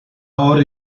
hor